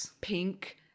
pink